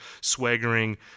swaggering